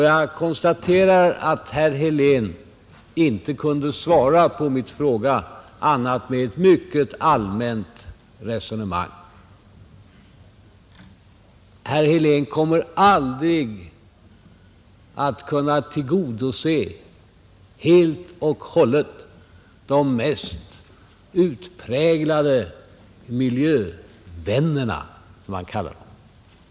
Jag konstaterar att herr Helén inte kunde svara på min fråga annat än med ett mycket allmänt resonemang. Herr Helén kommer aldrig att helt och hållet kunna tillgodose kraven från miljövännerna, som man kallar dem.